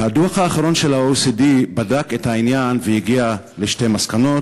והדוח האחרון של ה-OECD בדק את העניין והגיע לשתי מסקנות: